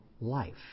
life